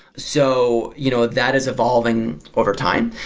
so, you know that is evolving over time.